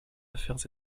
affaires